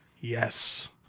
Yes